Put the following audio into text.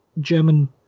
German